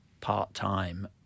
part-time